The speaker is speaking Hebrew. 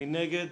מי נגד?